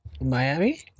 Miami